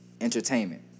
entertainment